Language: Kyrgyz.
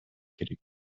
керек